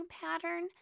pattern